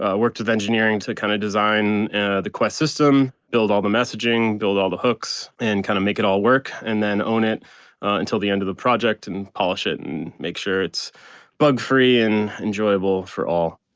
ah worked with engineering to kind of design the quest system, build all the messaging, build all the hooks, and kind of make it all work and then own it until the end of the project and polish it and and make sure it's bug free and enjoyable for all.